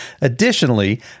Additionally